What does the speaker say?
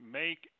make